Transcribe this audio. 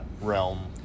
realm